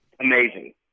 amazing